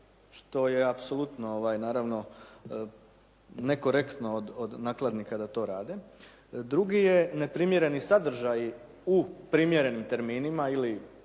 što je apsolutno naravno nekorektno od nakladnika da to rade. Drugi je neprimjereni sadržaji u primjerenim terminima ili